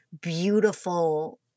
beautiful